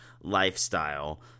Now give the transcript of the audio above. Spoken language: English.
lifestyle